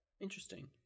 Interesting